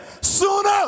sooner